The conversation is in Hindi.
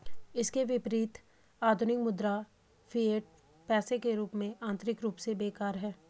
इसके विपरीत, आधुनिक मुद्रा, फिएट पैसे के रूप में, आंतरिक रूप से बेकार है